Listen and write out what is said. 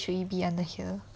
should it be under here